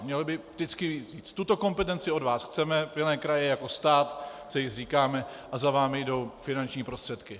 Měl by vždycky říct: tuto kompetenci od vás chceme, milé kraje, jako stát se jí zříkáme a za vámi jdou finanční prostředky.